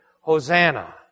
Hosanna